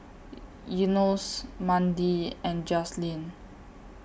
Enos Mandi and Jazlene